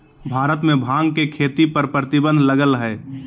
भारत में भांग के खेती पर प्रतिबंध लगल हइ